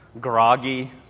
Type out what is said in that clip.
groggy